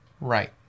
right